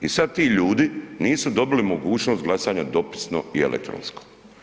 I sad ti ljudi nisu dobili mogućnost glasanja dopisno i elektronsko.